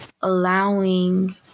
allowing